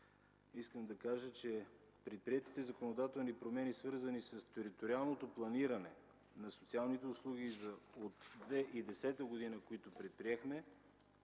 искам да кажа, че с предприетите законодателни промени, свързани с териториалното планиране на социалните услуги, които предприехме